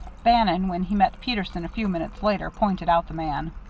bannon, when he met peterson a few minutes later, pointed out the man.